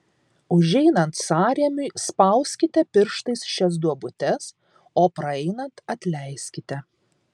užeinant sąrėmiui spauskite pirštais šias duobutes o praeinant atleiskite